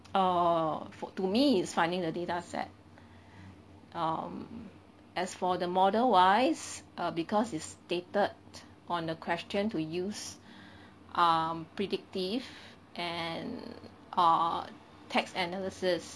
oh for to me is finding the data set um as for the model wise err because it's stated on the question to use um predictive and err text analysis